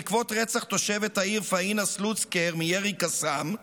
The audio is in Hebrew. בעקבות רצח תושבת העיר פאינה סלוצקר מירי קסאם,